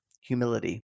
humility